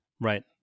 right